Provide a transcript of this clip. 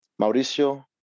Mauricio